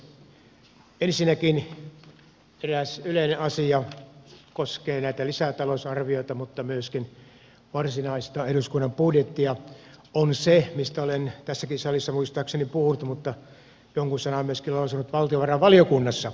ensinnäkin eräs yleinen asia joka koskee näitä lisätalousarvioita mutta myöskin varsinaista eduskunnan budjettia on se mistä olen tässäkin salissa muistaakseni puhunut mutta jonkun sanan myöskin lausunut valtiovarainvaliokunnassa